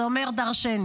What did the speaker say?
זה אומר דרשני.